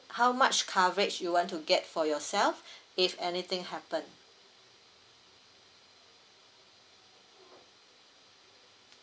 how much coverage you want to get for yourself if anything happen